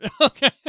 Okay